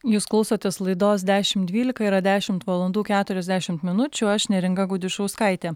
jūs klausotės laidos dešim dvylika yra dešimt valandų keturiasdešimt minučių aš neringa gudišauskaitė